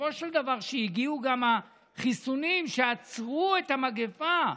בסופו של דבר, כשהגיעו החיסונים שעצרו את המגפה,